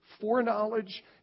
foreknowledge